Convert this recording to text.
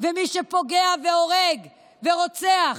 ומי שפוגע והורג ורוצח